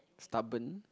stubborn